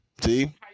See